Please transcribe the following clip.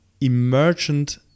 emergent